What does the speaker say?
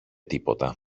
τίποτα